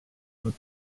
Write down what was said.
but